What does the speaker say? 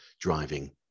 driving